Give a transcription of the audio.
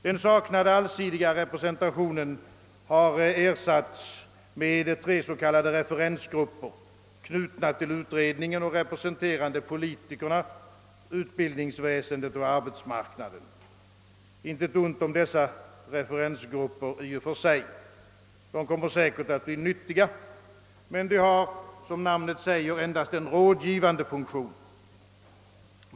Den saknade allsidiga representationen har ersatts med tre s.k. referensgrupper, knutna till utredningen och representerande politikerna, utbildningsväsendet och arbetsmarknaden. Intet ont om dessa referensgrupper i och för sig — de kommer säkert att bli nyttiga — men de har som namnet säger endast en rådgivande funktion.